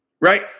Right